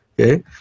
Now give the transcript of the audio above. Okay